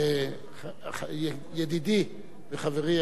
ידידי וחברי היקר,